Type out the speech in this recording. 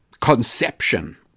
conception